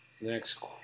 Next